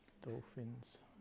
Dolphins